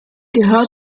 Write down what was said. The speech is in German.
gehört